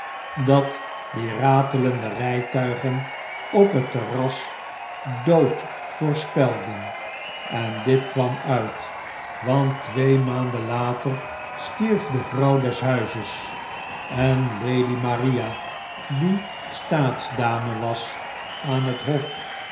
dat die ratelende rijtuigen op het terras dood voorspelden en dit kwam uit want twee maanden later stierf de vrouw des huizes en lady maria die staatsdame was aan het hof